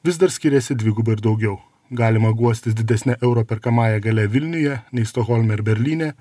vis dar skiriasi dvigubai ir daugiau galima guostis didesne euro perkamąją galia vilniuje nei stokholme ar berlyne